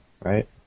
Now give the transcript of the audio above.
right